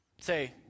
Say